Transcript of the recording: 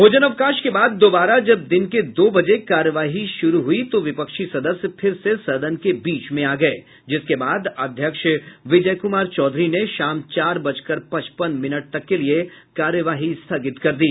भोजनावकाश के बाद दोबारा जब दिन के दो बजे कार्यवाही शुरू हुई तो विपक्षी सदस्य फिर से सदन के बीच में आ गये जिसके बाद अध्यक्ष विजय कुमार चौधरी ने शाम चार बजकर पचपन मिनट तक के लिये कार्यवाही स्थगित कर दी